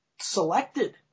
selected